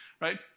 right